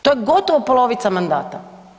To je gotovo polovica mandata.